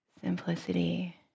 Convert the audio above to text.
Simplicity